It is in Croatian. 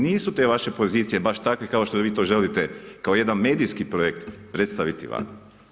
Nisu te vaše pozicije, baš takve, kao što vi to želite, kao jedan medijski projekt, predstaviti van.